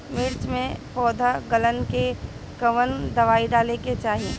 मिर्च मे पौध गलन के कवन दवाई डाले के चाही?